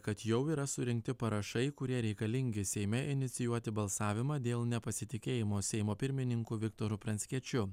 kad jau yra surinkti parašai kurie reikalingi seime inicijuoti balsavimą dėl nepasitikėjimo seimo pirmininku viktoru pranckiečiu